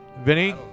Vinny